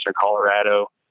Colorado